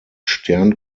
stern